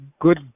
good